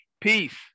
peace